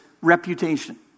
reputation